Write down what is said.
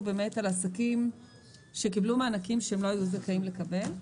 עסקים שקיבלו מענקים שהם לא היו זכאים לקבל.